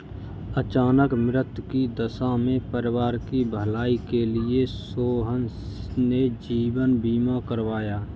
अचानक मृत्यु की दशा में परिवार की भलाई के लिए सोहन ने जीवन बीमा करवाया